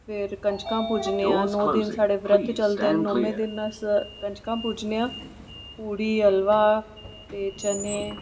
फिर कंजकां पुज्जने आं नौ दिन साढ़े व्रत चलदे न नौमे दिन अस कंजकां पुज्जने आं पूड़ी हलवा ते चने